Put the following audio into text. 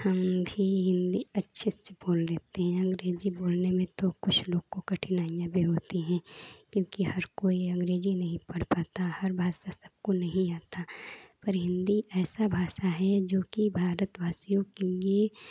हम भी हिन्दी अच्छे से बोल लेते हैं अँग्रेजी बोलने में तो कुछ लोग को कठिनाइयाँ भी होती हैं क्योंकि हर कोई अँग्रेजी नहीं पढ़ पाता हर भाषा सबको नहीं आती पर हिन्दी ऐसी भाषा है जोकि भारतवासियों के लिए